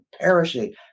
perishing